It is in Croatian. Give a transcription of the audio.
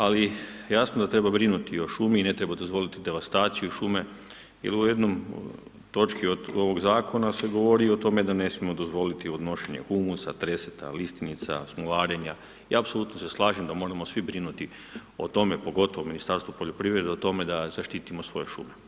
Ali, jasno da treba brinuti o šumi i ne treba dozvoliti devastaciju šume jel u ovoj jednoj točki ovog zakona se govori o tome da ne smijemo dozvoliti odnošenje humusa, treseta, listinica, smolarenja i apsolutno se slažem da moramo svi brinuti o tome, pogotovo Ministarstvo poljoprivrede o tome da zaštitimo svoje šume.